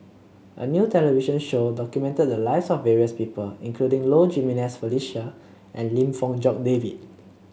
a new television show documented the lives of various people including Low Jimenez Felicia and Lim Fong Jock David